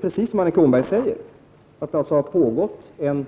Precis som Annika Åhnberg sade har det pågått en